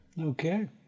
Okay